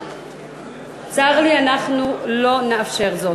צר לי, אנחנו לא נאפשר זאת.